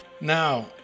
now